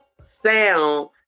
sound